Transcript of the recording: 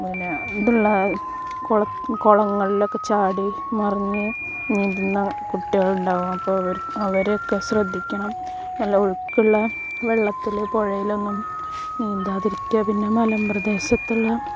പിന്നെ ഇതുള്ള കുളങ്ങളിലൊക്കെ ചാടി മറിഞ്ഞ് നീന്തുന്ന കുട്ടികളുണ്ടാവും അപ്പോൾ അവരെയൊക്കെ ശ്രദ്ധിക്കണം നല്ല ഒഴുക്കുള്ള വെള്ളത്തിൽ പുഴയിലൊന്നും നീന്താതിരിക്കുക പിന്നെ മലമ്പ്രദേശത്തുള്ള